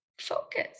focus